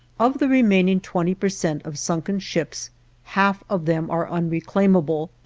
of the remaining twenty per cent of sunken ships half of them are unreclaimable,